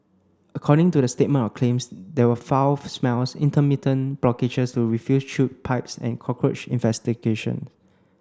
according to the statement of claims there were foul smells intermittent blockages to the refuse chute pipes and cockroach